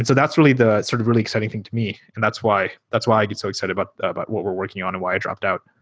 so that's really sort of really exciting thing to me, and that's why that's why i get so excited about about what we're working on and why i dropped out.